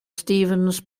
stevens